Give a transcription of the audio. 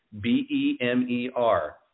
B-E-M-E-R